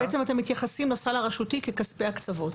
בעצם אתם מתייחסים לסל הרשותי ככספי הקצוות.